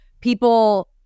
people